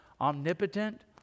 Omnipotent